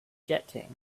jetting